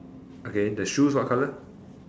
okay the shoes what colour